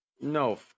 No